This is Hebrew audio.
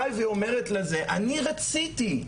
באה ואומרת: אני רציתי,